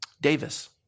Davis